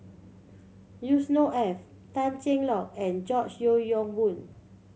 Yusnor Ef Tan Cheng Lock and George Yeo Yong Boon